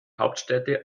hauptstädte